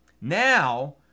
Now